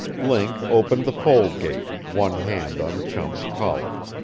link opened the fold gate, one hand on chum's collar.